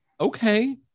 okay